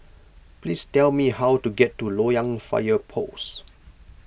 please tell me how to get to Loyang Fire Post